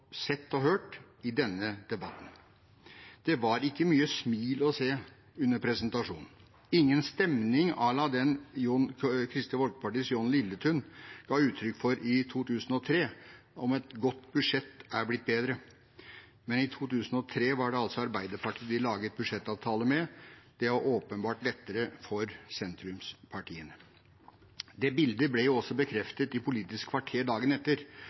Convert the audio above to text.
sett og hørt i denne debatten. Det var ikke mange smil å se under presentasjonen, ingen stemning à la den Kristelig Folkepartis Jon Lilletun ga uttrykk for i 2003, om at et godt budsjett var blitt bedre. Men i 2003 var det altså Arbeiderpartiet de laget budsjettavtale med. Det var åpenbart lettere for sentrumspartiene. Det bildet ble jo også bekreftet i Politisk kvarter dagen etter,